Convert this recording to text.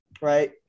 right